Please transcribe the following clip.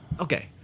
Okay